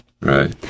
right